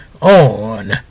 on